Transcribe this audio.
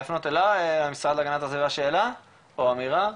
להפנות למשרד להגנת הסביבה שאלה או אמירה?